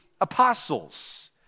apostles